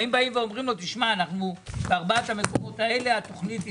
האם באים ואומרים לו שבארבעת המקומות האלה התכנית היא